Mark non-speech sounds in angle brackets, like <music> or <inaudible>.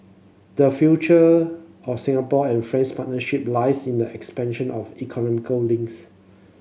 the future of Singapore and France partnership lies in the expansion of <unintelligible> go links